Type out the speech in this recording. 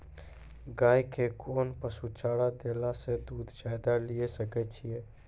गाय के कोंन पसुचारा देला से दूध ज्यादा लिये सकय छियै?